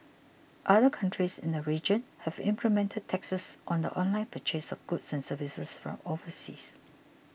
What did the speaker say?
other countries in the region have implemented taxes on the online purchase of goods and services from overseas